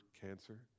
cancer